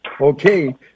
Okay